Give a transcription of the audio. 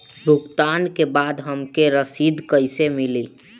भुगतान के बाद हमके रसीद कईसे मिली?